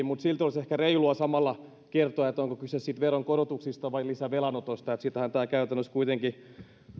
mutta silti olisi ehkä reilua samalla kertoa onko kyse veronkorotuksista vai lisävelan otosta sitähän tämä käytännössä kuitenkin